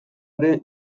ere